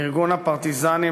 ארגון הפרטיזנים,